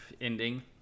ending